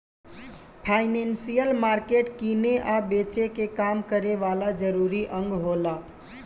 financial market किने आ बेचे के काम करे वाला जरूरी अंग होला